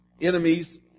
Enemies